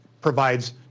provides